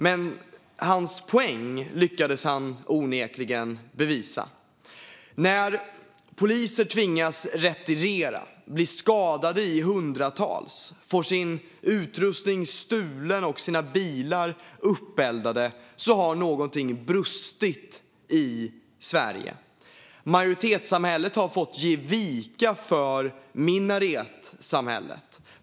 Men sin poäng lyckades han onekligen bevisa. När poliser tvingas retirera, blir skadade i hundratal och får sin utrustning stulen och sina bilar uppeldade har något brustit i Sverige. Majoritetssamhället har fått ge vika för minaretsamhället.